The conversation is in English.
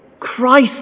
Christ